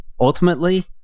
Ultimately